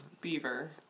Beaver